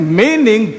meaning